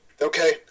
Okay